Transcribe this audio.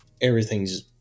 everything's